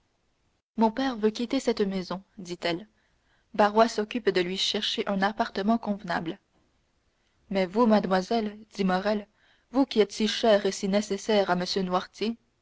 mon père veut quitter cette maison dit-elle barrois s'occupe de lui chercher un appartement convenable mais vous mademoiselle dit morrel vous qui êtes si chère et si nécessaire à